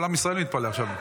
כל עם ישראל מתפלא עכשיו.